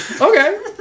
Okay